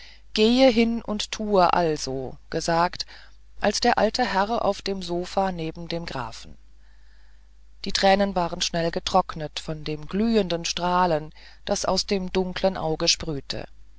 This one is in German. gehe hin und tue also gesagt als der alte herr auf dem sofa neben dem grafen die tränen waren schnell getrocknet von den glühenden strahlen die aus dem dunkeln auge sprühten